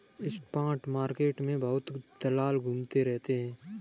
spot market में बहुत दलाल घूमते रहते हैं